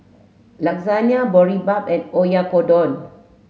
Lasagne Boribap and Oyakodon